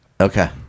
okay